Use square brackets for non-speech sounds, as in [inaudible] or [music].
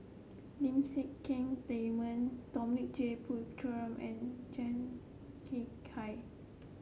Lim Siang Keat Raymond Dominic J Puthucheary and Tan Kek [unintelligible]